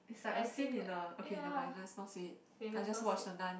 is like a scene in a okay nevermind let's not say it I just watched the Nun